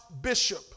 bishop